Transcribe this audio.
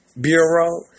Bureau